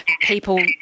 people